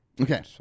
Okay